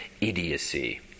idiocy